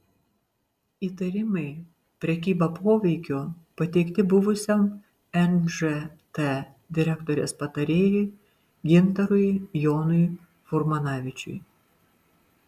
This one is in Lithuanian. įtarimai prekyba poveikiu pateikti buvusiam nžt direktorės patarėjui gintarui jonui furmanavičiui